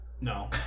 no